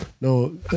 No